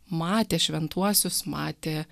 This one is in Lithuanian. matė šventuosius matė